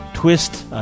Twist